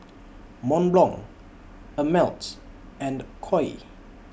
Mont Blanc Ameltz and Koi